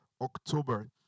October